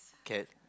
cat